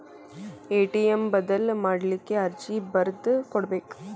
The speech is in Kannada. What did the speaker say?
ಎ.ಟಿ.ಎಂ ಬದಲ್ ಮಾಡ್ಲಿಕ್ಕೆ ಅರ್ಜಿ ಬರ್ದ್ ಕೊಡ್ಬೆಕ